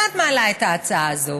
מה את מעלה את ההצעה הזאת,